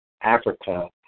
Africa